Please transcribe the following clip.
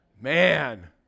Man